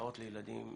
ההסעות לילדים